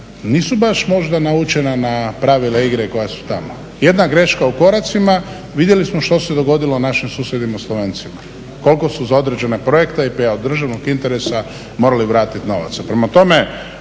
nisu baš možda naučena na pravila igre koja su tamo. Jedna greška u koracima, vidjeli smo što se dogodilo našim susjedima Slovencima, koliko su za određene projekte … državnog interesa morali vratit novaca.